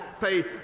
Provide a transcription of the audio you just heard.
pay